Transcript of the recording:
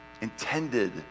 intended